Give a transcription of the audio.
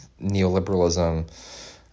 neoliberalism